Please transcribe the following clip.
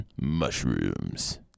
Mushrooms